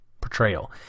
portrayal